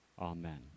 Amen